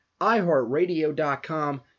iHeartRadio.com